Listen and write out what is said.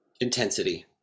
intensity